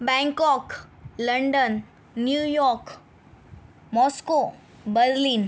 Bangkok London New York Moscow Berlin